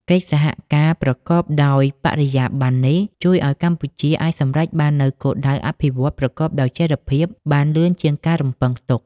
កិច្ចសហការប្រកបដោយបរិយាប័ន្ននេះ ជួយឱ្យកម្ពុជាអាចសម្រេចបាននូវគោលដៅអភិវឌ្ឍន៍ប្រកបដោយចីរភាពបានលឿនជាងការរំពឹងទុក។